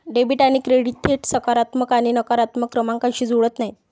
debit आणि credit थेट सकारात्मक आणि नकारात्मक क्रमांकांशी जुळत नाहीत